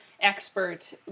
expert